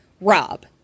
Rob